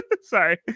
sorry